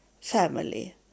family